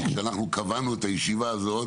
כי כשאנחנו קבענו את הישיבה הזאת